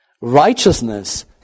righteousness